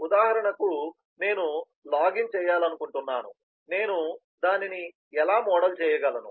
ఉదాహరణకు నేను లాగిన్ చేయాలనుకుంటున్నాను నేను దానిని ఎలా మోడల్ చేయగలను